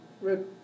Red